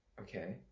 Okay